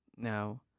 Now